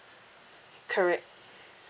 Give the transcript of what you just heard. correct